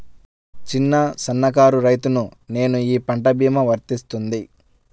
చిన్న సన్న కారు రైతును నేను ఈ పంట భీమా వర్తిస్తుంది?